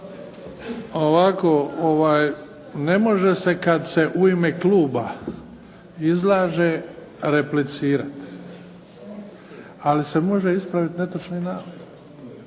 (HDZ)** Ne može se kad se u ime kluba izlaže replicirati, ali se može ispraviti netočni navod.